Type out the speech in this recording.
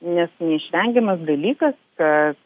nes neišvengiamas dalykas kad